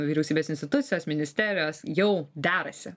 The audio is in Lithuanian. vyriausybės institucijos ministerijos jau derasi